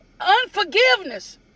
unforgiveness